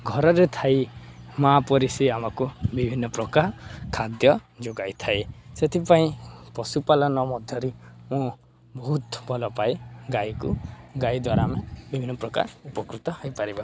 ଘରରେ ଥାଇ ମା' ପରି ସେ ଆମକୁ ବିଭିନ୍ନପ୍ରକାର ଖାଦ୍ୟ ଯୋଗାଇଥାଏ ସେଥିପାଇଁ ପଶୁପାଳନ ମଧ୍ୟରେ ମୁଁ ବହୁତ ଭଲପାଏ ଗାଈକୁ ଗାଈ ଦ୍ୱାରା ଆମେ ବିଭିନ୍ନପ୍ରକାର ଉପକୃତ ହୋଇପାରିବା